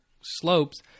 slopes